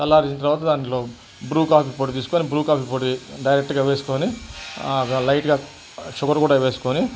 చల్లార్చిన తరువాత దాంట్లో బ్రూ కాఫీ పొడి తీసుకొని బ్రూ కాఫీ పొడి డైరెక్ట్గా వేసుకొని లైట్గా షుగర్ కూడా వేసుకొని